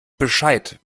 bescheid